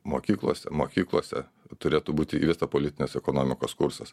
mokyklose mokyklose turėtų būti įvesta politinės ekonomikos kursas